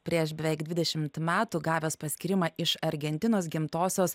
prieš beveik dvidešimt metų gavęs paskyrimą iš argentinos gimtosios